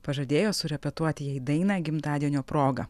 pažadėjo surepetuoti jai dainą gimtadienio proga